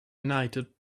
united